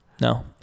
No